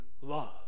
love